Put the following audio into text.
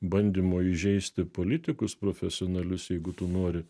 bandymo įžeisti politikus profesionalius jeigu tu nori